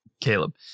Caleb